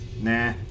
Nah